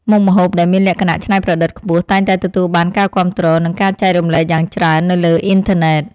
មុខម្ហូបដែលមានលក្ខណៈច្នៃប្រឌិតខ្ពស់តែងតែទទួលបានការគាំទ្រ និងការចែករំលែកយ៉ាងច្រើននៅលើអ៊ីនធឺណិត។